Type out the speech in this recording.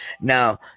Now